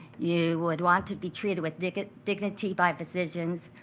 you would want to be treated with dignity dignity by physicians.